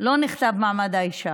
ולא נכתב מעמד האישה.